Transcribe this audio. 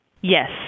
Yes